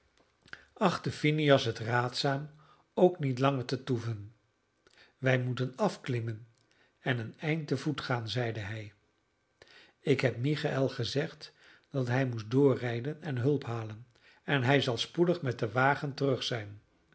achtte phineas het raadzaam ook niet langer te toeven wij moeten afklimmen en een eind te voet gaan zeide hij ik heb michael gezegd dat hij moest doorrijden en hulp halen en hij zal spoedig met den wagen terug zijn